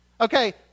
okay